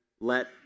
let